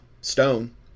stone